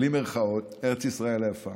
בלי מירכאות: ארץ ישראל היפה,